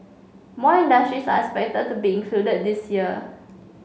more industries are expected to be included this year